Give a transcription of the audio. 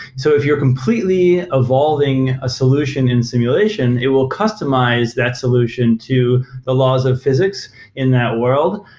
so if you're completely evolving a solution in simulation, it will customize that solution to the laws of physics in that world,